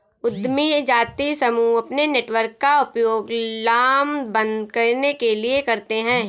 उद्यमी जातीय समूह अपने नेटवर्क का उपयोग लामबंद करने के लिए करते हैं